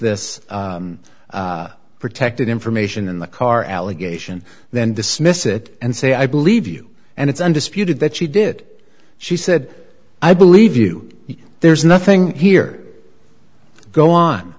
this protected information in the car allegation then dismiss it and say i believe you and it's undisputed that she did she said i believe you there's nothing here go on